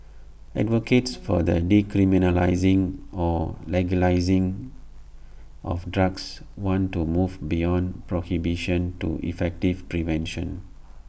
advocates for the decriminalising or legalising of drugs want to move beyond prohibition to effective prevention